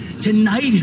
tonight